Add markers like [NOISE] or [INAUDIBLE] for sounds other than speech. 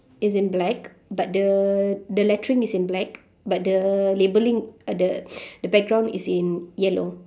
is in black but the the lettering is in black but the labelling uh the [BREATH] the background is in yellow